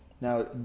Now